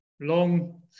Long